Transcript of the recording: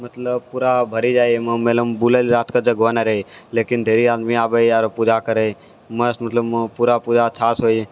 मतलब पूरा भरि जाइ छै मेलोमे बूलै लए रातिके जगहो नहि रहै लेकिन ढ़ेरी आदमी आबै आर पूजा करै मस्त मतलब पूरा पूजा अच्छासँ होइए